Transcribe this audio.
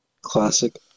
Classic